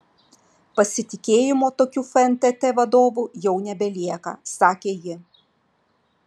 pasitikėjimo tokiu fntt vadovu jau nebelieka sakė ji